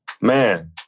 Man